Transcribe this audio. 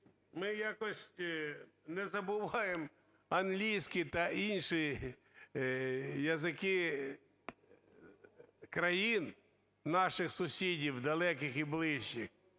Ми якось не забуваємо англійський та інші язики країн наших сусідів, далеких і ближчих,